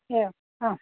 एवं